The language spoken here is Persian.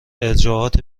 ارجاعات